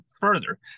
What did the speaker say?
further